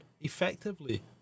effectively